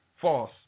false